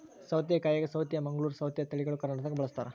ಸೌತೆಕಾಯಾಗ ಸೌತೆ ಮಂಗಳೂರ್ ಸೌತೆ ತಳಿಗಳು ಕರ್ನಾಟಕದಾಗ ಬಳಸ್ತಾರ